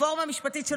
של רפורמה משפטית,